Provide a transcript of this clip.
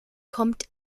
kommt